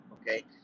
okay